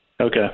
okay